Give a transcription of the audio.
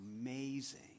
amazing